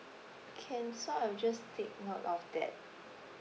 can so I'll just take note of that